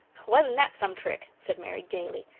wasn't that some trick said mary gaily.